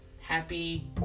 Happy